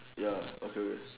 ya okay okay